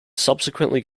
subsequently